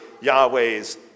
Yahweh's